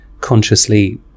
consciously